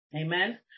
Amen